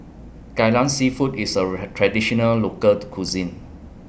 Kai Lan Seafood IS A Traditional Local Cuisine